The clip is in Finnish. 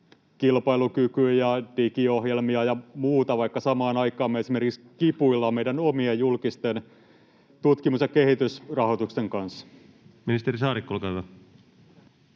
kilpailukyky‑ ja digiohjelmia ja muuta, vaikka samaan aikaan kipuilemme esimerkiksi omien julkisten tutkimus‑ ja kehitysrahoitusten kanssa. Ministeri Saarikko, olkaa hyvä.